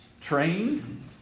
trained